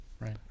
Right